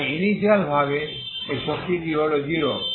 তাই ইনিশিয়ালভাবে এই শক্তিটি হল 0